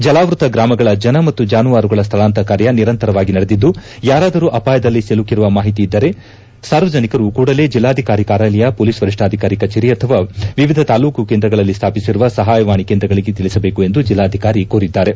ಜಲಾವೃತ ಗ್ರಾಮಗಳ ಜನ ಮತ್ತು ಜಾನುವಾರುಗಳ ಸ್ಥಳಾಂತರ ಕಾರ್ಯ ನಿರಂತರವಾಗಿ ನಡೆದಿದ್ದು ಯಾರಾದರೂ ಅಪಾಯದಲ್ಲಿ ಸಿಲುಕಿರುವ ಮಾಹಿತಿ ಇದ್ದರೆ ಸಾರ್ವಜನಿಕರು ಕೂಡಲೇ ಜಿಲ್ಲಾಧಿಕಾರಿ ಕಾರ್ಯಾಲಯ ಪೊಲೀಸ್ ವರಿಷ್ಠಾಧಿಕಾರಿ ಕಚೇರಿ ಅಥವಾ ವಿವಿಧ ತಾಲ್ಲೂಕು ಕೇಂದ್ರಗಳಲ್ಲಿ ಸ್ಥಾಪಿಸಿರುವ ಸಹಾಯ ವಾಣಿ ಕೇಂದ್ರಗಳಿಗೆ ತಿಳಿಸಬೇಕು ಎಂದು ಜಿಲ್ಲಾಧಿಕಾರಿ ಕೋರಿದ್ದಾರೆ